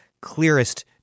clearest